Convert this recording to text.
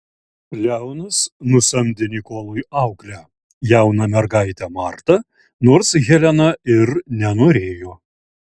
leonas nusamdė nikolui auklę jauną mergaitę martą nors helena ir nenorėjo